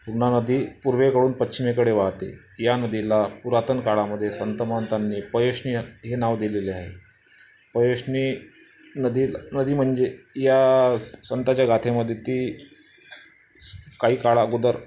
पूर्णा नदी पूर्वेकडून पश्चिमेकडे वाहते ह्या नदीला पुरातन काळामध्ये संत महंतांनी पयोष्णीय हे नाव दिलेले आहे पयोष्णी नदीला नदी म्हणजे या संताच्या गाथेमध्ये ती काही काळ अगोदर